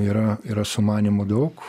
yra yra sumanymų daug